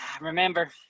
remember